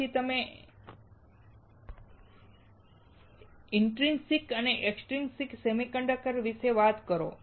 પછી તમે ઇન્ટ્રિન્સિક્ અને એક્સટ્રિંસિક સેમિકન્ડક્ટર્સ વિશે વાત કરો